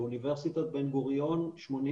באוניברסיטת בן גוריון 84